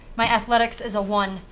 my athletics is a one,